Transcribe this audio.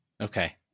Okay